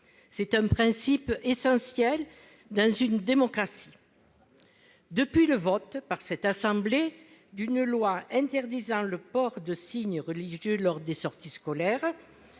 C'est un principe essentiel dans une démocratie. Depuis le vote, par notre assemblée, d'une proposition de loi visant à interdire le port de signes religieux lors des sorties scolaires,